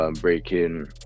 breaking